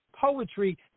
Poetry